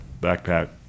backpack